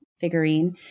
figurine